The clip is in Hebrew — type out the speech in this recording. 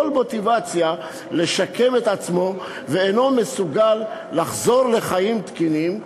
מוטיבציה לשקם את עצמו ואינו מסוגל לחזור לחיים תקינים.